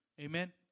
Amen